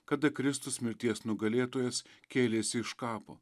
kada kristus mirties nugalėtojas kėlėsi iš kapo